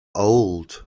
old